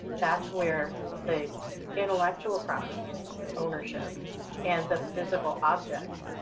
that's where the intellectual property ownership and the physical object